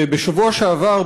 בשבוע שעבר,